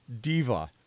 diva